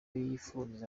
yifuriza